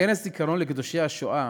בכנס זיכרון לקדושי השואה